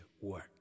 work